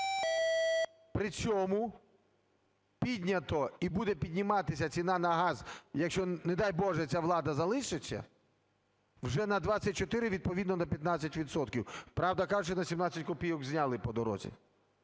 При цьому піднята і буде підніматися ціна на газ, якщо, не дай Боже, ця влада залишиться, вже на 24, відповідно на 15 відсотків. Правда, кажуть, що на 17 копійок зняли по дорозі.